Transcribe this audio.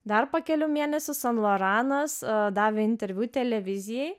dar po kelių mėnesių san loranas davė interviu televizijai